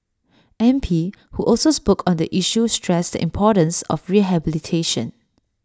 M P who also spoke on the issue stressed the importance of rehabilitation